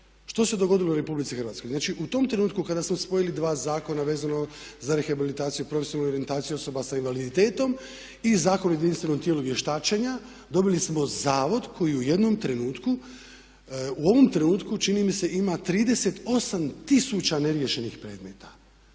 Što se dogodilo RH? Znači u tom trenutku kada smo spojili dva zakona vezano za rehabilitaciju, profesionalnu orijentaciju osoba sa invaliditetom i Zakon o jedinstvenom tijelu vještačenja dobili smo Zavod koji u jednom trenutku, u ovom trenutku čini mi se ima 38 tisuća neriješenih predmeta